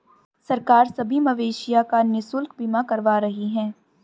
सरकार सभी मवेशियों का निशुल्क बीमा करवा रही है